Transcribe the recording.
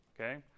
okay